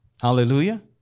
Hallelujah